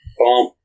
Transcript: bump